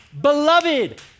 beloved